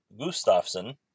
Gustafsson